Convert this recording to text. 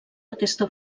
aquesta